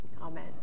Amen